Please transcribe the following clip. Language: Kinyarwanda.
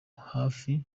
hafi